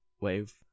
wave